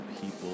people